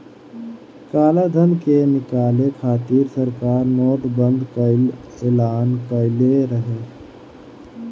कालाधन के निकाले खातिर सरकार नोट बंदी कअ एलान कईले रहे